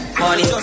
money